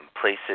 places